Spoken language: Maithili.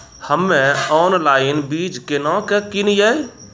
हम्मे ऑनलाइन बीज केना के किनयैय?